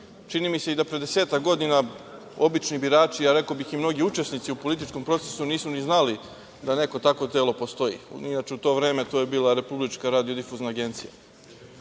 Čini mi se i da pre desetak godina obični birači, a rekao bih i mnogi učesnici u političkom procesu nisu ni znali da neko takvo telo postoji. Inače, u to vreme to je bila Republička radiodifuzna agencija. Dakle,